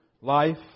life